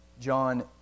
John